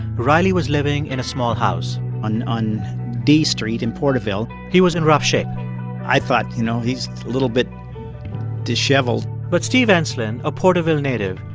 riley was living in a small house on on d street in porterville he was in rough shape i thought, you know, he's a little bit disheveled but steve ensslin, a porterville native,